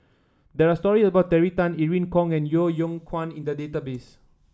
there are stories about Terry Tan Irene Khong and Yeo Yeow Kwang in the database